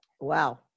Wow